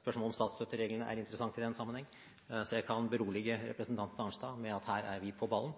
Spørsmålet om statsstøttereglene er interessant i den sammenheng. Jeg kan berolige representanten Arnstad med at her er vi på ballen,